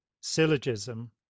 syllogism